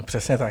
Přesně tak.